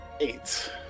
Eight